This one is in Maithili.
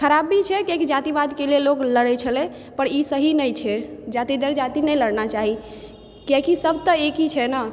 ख़राब भी छै कियाकि जातिवाद के लेल लोग लड़ै छलै पर ई सही नहि छै जाति दर जाति नहि लड़ना चाही कियाकि सब तऽ एक ही छै ने